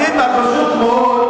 פשוט מאוד,